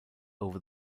over